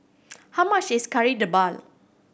how much is Kari Debal